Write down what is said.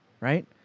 right